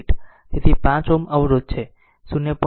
તેથી 5 Ω અવરોધ છે 0